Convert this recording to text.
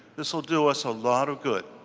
this will do us a lot of good.